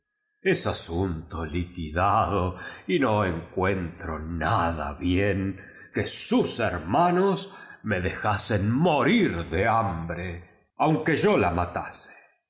es asunte liquidado y no eti co en tro nada bien que sus hermanos me de jasen morir de hambre aunque yo la matase